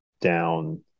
down